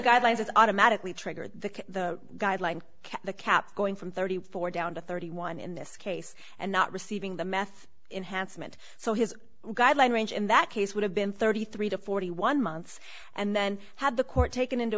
guidelines is automatically triggered the guideline the cap going from thirty four down to thirty one in this case and not receiving the meth enhanced meant so his guideline range in that case would have been thirty three to forty one months and then had the court taken into